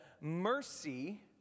mercy